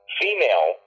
female